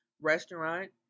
restaurant